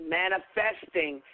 manifesting